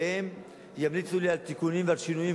והם ימליצו לי על תיקונים ועל שינויים,